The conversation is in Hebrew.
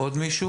עוד מישהו?